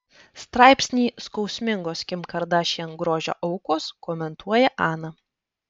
straipsnį skausmingos kim kardashian grožio aukos komentuoja ana